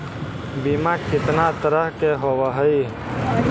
बीमा कितना तरह के होव हइ?